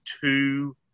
two